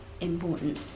Important